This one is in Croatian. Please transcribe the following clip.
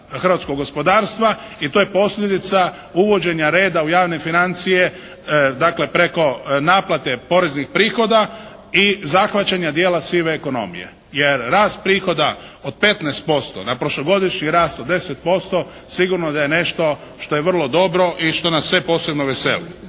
hrvatskog gospodarstva i to je posljedica uvođenja reda u javne financije. Dakle preko naplate poreznih prihoda i zahvaćanja dijela sive ekonomije. Jer rast prihoda od 15% na prošlogodišnji rast od 10% sigurno da je nešto što je vrlo dobro i što nas sve posebno veseli.